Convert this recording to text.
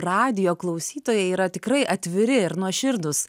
radijo klausytojai yra tikrai atviri ir nuoširdūs